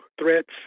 threats